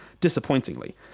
disappointingly